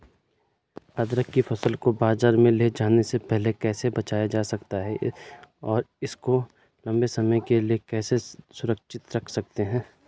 अदरक की फसल को बाज़ार ले जाने से पहले कैसे बचाया जा सकता है और इसको लंबे समय के लिए कैसे सुरक्षित रख सकते हैं?